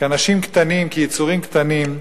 כאנשים קטנים, כיצורים קטנים,